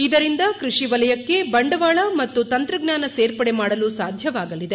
ಇದರಿಂದ ಕೃಷಿ ವಲಯಕ್ಕೆ ಬಂಡವಾಳ ಮತ್ತು ತಂತ್ರಜ್ಞಾನ ಸೇರ್ಪಡೆ ಮಾಡಲು ಸಾಧ್ಯವಾಗಲಿದೆ